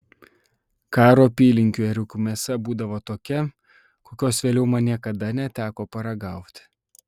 karo apylinkių ėriukų mėsa būdavo tokia kokios vėliau man niekada neteko paragauti